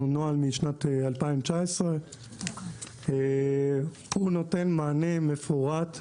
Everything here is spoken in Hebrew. הוא נוהל משנת 2019. הוא נותן מענה מפורט אדוני,